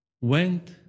went